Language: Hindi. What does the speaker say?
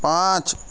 पाँच